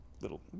little